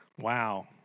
Wow